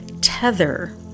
tether